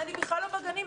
אפילו לא בגנים.